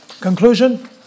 Conclusion